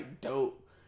dope